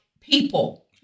people